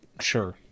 Sure